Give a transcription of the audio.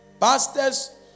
Pastors